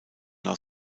nach